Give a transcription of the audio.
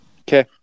Okay